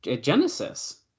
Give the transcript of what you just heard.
Genesis